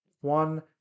one